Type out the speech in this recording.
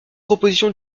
propositions